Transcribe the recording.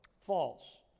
False